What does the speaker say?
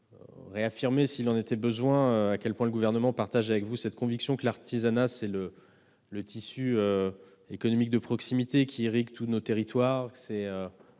réaffirmer, s'il en était besoin, à quel point le Gouvernement partage avec vous la conviction que l'artisanat est le tissu économique de proximité qui irrigue tous nos territoires,